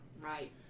Right